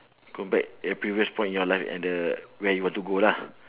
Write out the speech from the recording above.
go back a previous point in your life at the where you want to go lah